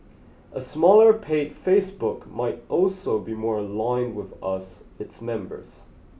a smaller paid Facebook might also be more aligned with us its members